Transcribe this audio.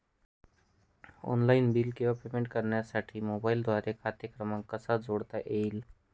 Online bill किंवा payment करण्यासाठी मोबाईलद्वारे खाते क्रमांक कसा जोडता येईल?